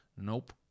Nope